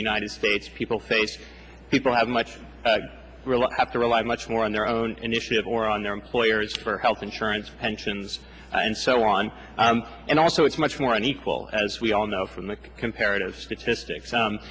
w united states people face people have much have to rely much more on their own initiative or on their employers for health insurance pensions and so on and also it's much more unequal as we all know from the comparative statistics